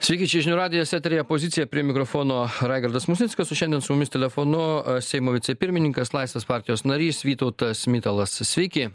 sveiki čia žinių radijas eteryje pozicija prie mikrofono raigardas musnickas o šiandien su jumis telefonu seimo vicepirmininkas laisvės partijos narys vytautas mitalas sveiki